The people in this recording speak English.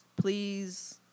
Please